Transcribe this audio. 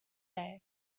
day